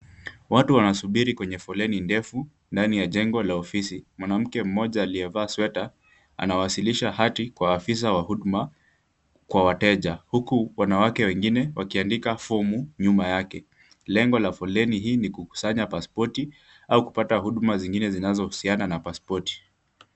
Watu wanasubiri kwenye foleni ndefu ndani ya jengo la ofisi. Mwanamke mmoja aliyevaa sweta, anawasilisha hati kwa afisa wa huduma kwa wateja. Huku wanawake wengine wakiandika fomu nyuma yake. Lengo la foleni hii ni kukusanya pasipoti au kupata huduma zingine zinazohusiana na pasipoti.